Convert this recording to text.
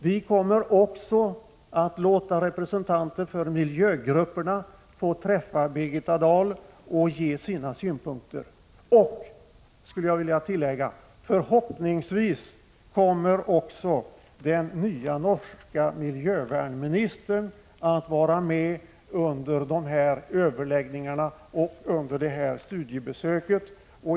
Vi kommer också att låta representanter för miljögrupperna få träffa Birgitta Dahl och lämna sina synpunkter. Förhoppningsvis kommer också den nya norska miljövärnsministern att vara med under dessa överläggningar och vid studiebesöken.